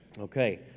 Okay